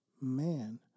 man